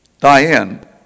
Diane